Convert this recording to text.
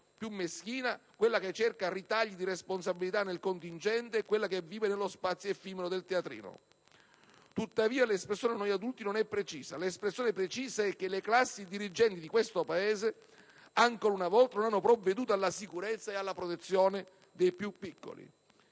più meschina, quella che cerca i ritagli di responsabilità del contingente, quella che vive nello spazio effimero del teatrino di Palazzo. Tuttavia, l'espressione «noi adulti» non è precisa. L'espressione precisa è la seguente: «Le classi dirigenti di questo Paese, ancora una volta, non hanno provveduto alla sicurezza ed alla protezione dei più piccoli».